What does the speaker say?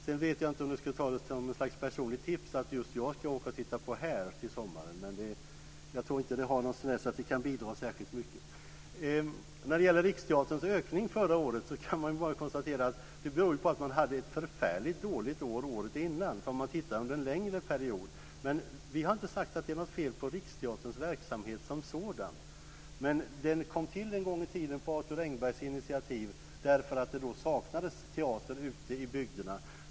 Jag vet inte om jag skulle ta det som ett personligt tips att just jag ska åka och titta på Hair i sommar. Jag tror inte att det kan bidra särskilt mycket. När det gäller Riksteaterns ökning förra året, kan man bara konstatera att den berodde på att man året innan hade ett förfärligt dåligt år. Vi har inte sagt att det är något fel på Riksteaterns verksamhet som sådan. Den kom till en gång i tiden på Arthur Engbergs initiativ därför att det då saknades teater ute i bygderna.